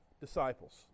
disciples